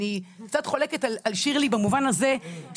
אני קצת חולקת על שירלי במובן הזה,